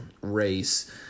race